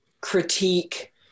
critique